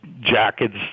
jackets